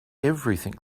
everything